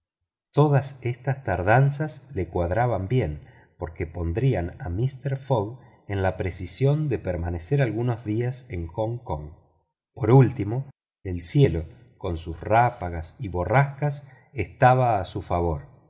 todas estas tardanzas le cuadraban bien porque pondrían a mister fogg en la precisión de permanecer algunos días en hong kong por último el cielo con sus ráfagas y borrascas estaba a su favor